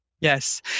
Yes